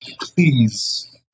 Please